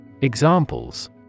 Examples